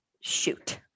Shoot